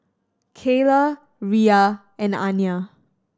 Kaylah Riya and Aniyah